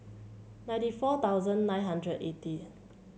ninety four thousand nine hundred eighty